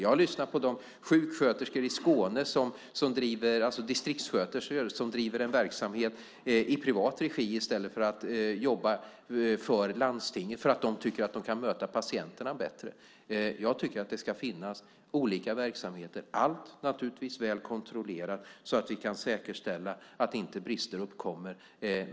Jag har lyssnat på de distriktssköterskor i Skåne som driver en verksamhet i privat regi i stället för att jobba för landstinget därför att de tycker att de kan möta patienterna bättre. Jag tycker att det ska finnas olika verksamheter, allt naturligtvis väl kontrollerat så att vi kan säkerställa att brister inte uppkommer.